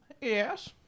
Yes